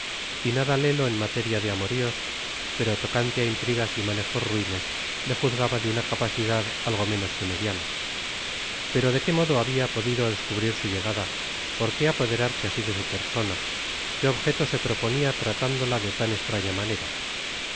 y nada lelo en m a teria de amorios pero tocante á intrigas y manejos ruines le juzgaba de una capacidad algo menos que mediana pero de qué modo habia podido descubrir su llegada poí qué apoderarse asi de su persona qué objeto se proponia tratándola de tan estraña manera